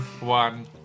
one